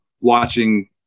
watching